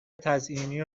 تزیینی